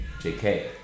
JK